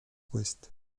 ouest